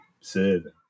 serving